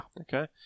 Okay